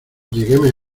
lleguéme